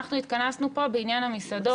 אנחנו התכנסנו פה בעניין המסעדות.